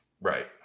Right